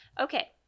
Okay